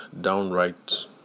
downright